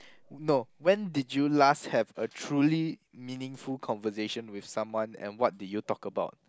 no when did you last have a truly meaningful conversation with someone and what did you talk about